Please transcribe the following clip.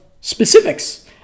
specifics